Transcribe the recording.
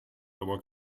aber